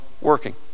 working